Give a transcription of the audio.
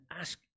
ask